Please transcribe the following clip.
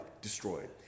destroyed